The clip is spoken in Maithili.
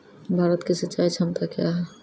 भारत की सिंचाई क्षमता क्या हैं?